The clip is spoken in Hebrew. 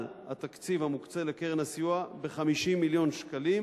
התקציב המוקצה לקרן הסיוע ב-50 מיליון שקלים,